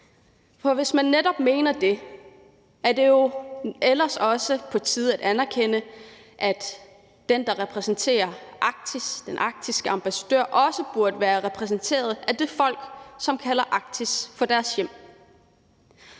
For hvis man netop mener det, er det jo ellers også på tide at anerkende, at den, der repræsenterer Arktis, den arktiske ambassadør, også burde være repræsenteret af det folk, som kalder Arktis for deres hjem.